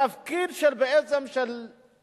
בעצם התפקיד של הרוב,